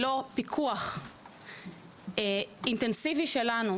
אם לא נעשה פיקוח אינטנסיבי בתחום הזה,